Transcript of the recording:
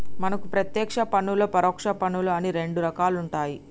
మనకు పత్యేక్ష పన్నులు పరొచ్చ పన్నులు అని రెండు రకాలుంటాయి